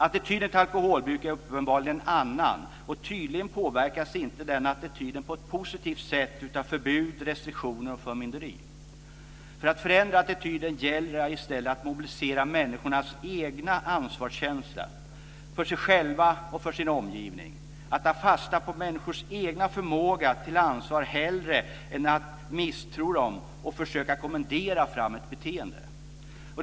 Attityden till alkohol är uppenbarligen en annan. Tydligen påverkas inte den attityden på ett positivt sätt av förbud, restriktioner och förmynderi. För att förändra attityden gäller det i stället att mobilisera människornas egen ansvarskänsla för sig själva och sin omgivning. Det gäller att ta fasta på människors egen förmåga till ansvar hellre än att misstro dem och försöka kommendera fram ett beteende, Herr talman!